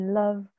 love